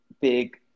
big